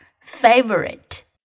favorite